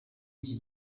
iki